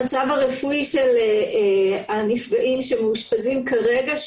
המצב הרפואי של הנפגעים שמאושפזים כרגע,